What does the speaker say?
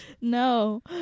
No